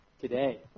today